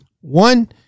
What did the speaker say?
One